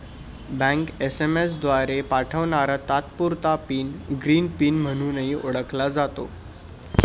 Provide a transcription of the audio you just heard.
bank SMS द्वारे पाठवणारा तात्पुरता पिन ग्रीन पिन म्हणूनही ओळखला जातो